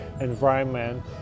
environment